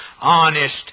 honest